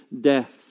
death